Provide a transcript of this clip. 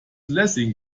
lessing